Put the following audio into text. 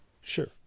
sure